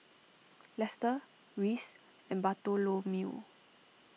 Lester Reece and Bartholomew